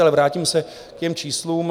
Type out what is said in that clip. Ale vrátím se k těm číslům.